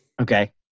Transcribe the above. Okay